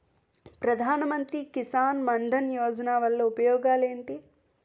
ప్రధాన మంత్రి కిసాన్ మన్ ధన్ యోజన వల్ల ఉపయోగాలు ఏంటి?